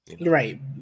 Right